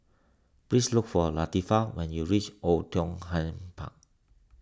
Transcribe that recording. please look for Latifah when you reach Oei Tiong Ham Park